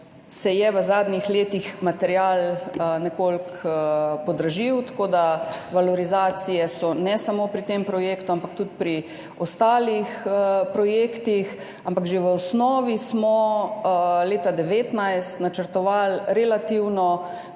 se je v zadnjih letih material nekoliko podražil, tako da valorizacije so, ne samo pri tem projektu, ampak tudi pri ostalih projektih, ampak že v osnovi smo leta 2019 načrtovali relativno